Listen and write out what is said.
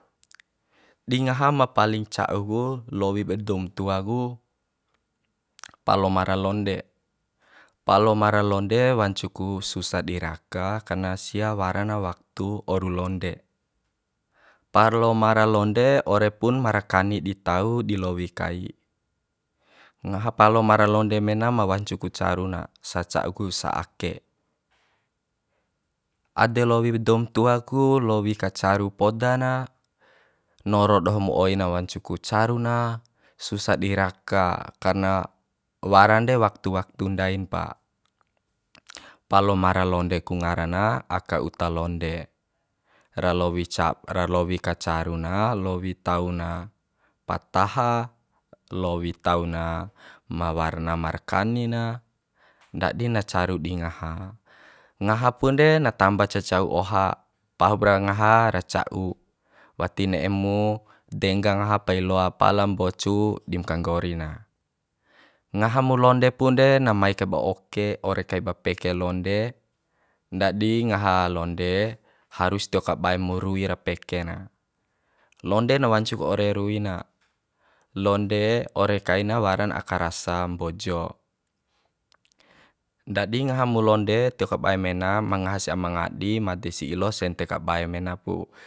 Di ngaha ma paling ca'u ku lowi ba doum tua ku palomara londe palomara londe wancu ku susah di raka karna sia waran waktu oru londe palomara londe ore pun markani di tau di lowi kai ngaha palomara londe mena ma wancu ku caru na saca'u ku sa ake ade lowi ba doum tua ku lowi ka caru poda na noro dohom oi na wancu ku caru na susah di raka karna waran de waktu waktu ndain pa palomara londe ku ngara na aka uta londe ra lowi ca ra lowi kacaru na lowi tau na pataha lowi tau na ma warna markani na ndadi na caru di ngaha ngaha pun de na tamba cacau oha pahupra ngaha ra ca'uk wati ne'e mu dengga ngaha pai loa pala mbocu dim kanggori na ngaha mu londe pun de na mai kaiba oke ore kaiba peke londe ndadi ngaha londe harus tio kabae mu ruir peke na londe na wancu ku ore rui na londe ore kaina waran aka rasa mbojo ndadi ngaha mu londe tio kabae mena ma ngaha si aima ngadi made si ilo sente kabae mena pu